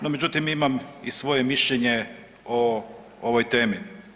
No međutim, imam i svoje mišljenje o ovoj temi.